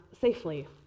safely